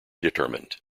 determined